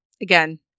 Again